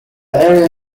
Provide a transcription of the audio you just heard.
area